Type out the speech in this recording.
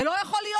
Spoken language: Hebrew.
לא יכול להיות.